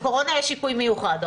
לקורונה יש שיפוי מיוחד.